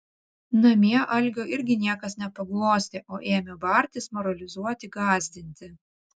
namie algio irgi niekas nepaglostė o ėmė bartis moralizuoti gąsdinti